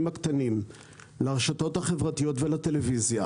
הקטנים לרשתות החברתיות ולטלוויזיה,